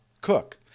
Cook